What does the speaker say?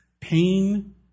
pain